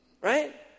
Right